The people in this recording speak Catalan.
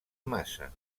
massa